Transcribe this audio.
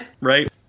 right